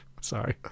sorry